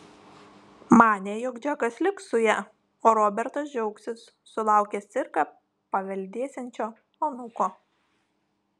manė jog džekas liks su ja o robertas džiaugsis sulaukęs cirką paveldėsiančio anūko